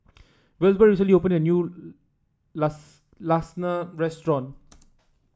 Wilbur recently opened a new Lasagna restaurant